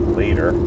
later